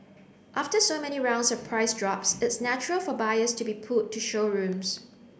after so many rounds of price drops it's natural for buyers to be pulled to showrooms